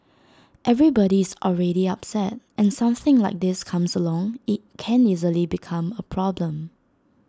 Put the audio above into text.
everybody is already upset and something like this comes along IT can easily become A problem